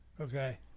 okay